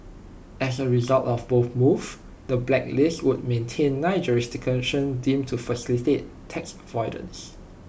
as A result of both moves the blacklist would maintain nine jurisdictions deemed to facilitate tax avoidance